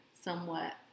somewhat